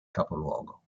capoluogo